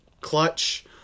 clutch